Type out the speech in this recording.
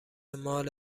مال